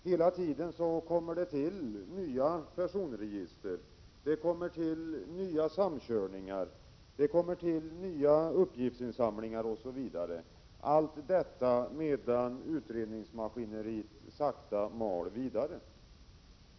Hela tiden kommer det till nya personregister, nya samkörningar, nya uppgiftsinsamlingar osv. — allt detta medan utredningsmaskineriet sakta mal vidare.